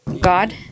God